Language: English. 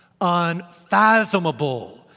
unfathomable